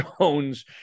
Jones